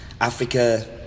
Africa